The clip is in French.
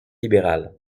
libéral